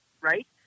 right